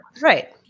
Right